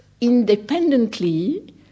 independently